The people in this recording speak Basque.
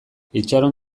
itxaron